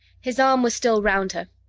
his arm was still round her,